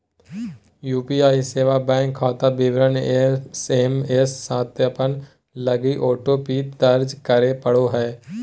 UPI सेवा bank खाता विवरण एस.एम.एस सत्यापन लगी ओ.टी.पी दर्ज करे पड़ो हइ